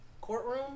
courtroom